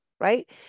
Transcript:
right